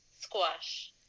Squash